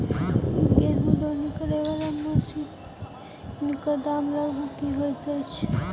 गेंहूँ दौनी करै वला मशीन कऽ दाम लगभग की होइत अछि?